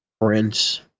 Prince